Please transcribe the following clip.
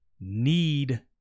need